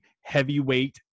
Heavyweight